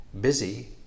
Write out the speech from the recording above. busy